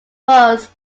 was